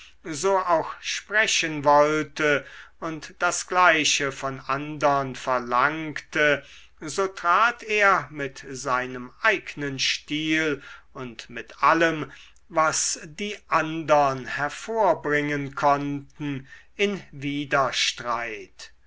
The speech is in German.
so auch sprechen wollte und das gleiche von andern verlangte so trat er mit seinem eignen stil und mit allem was die andern hervorbringen konnten in widerstreit